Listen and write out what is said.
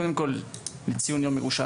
אלא קודם כל לשם ציון יום ירושלים.